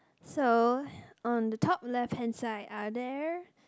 so on the top left hand side are they